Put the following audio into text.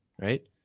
right